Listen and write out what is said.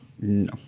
No